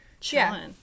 chilling